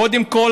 קודם כול,